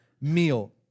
meal